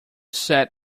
sat